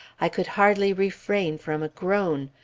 i could hardly refrain from a groan.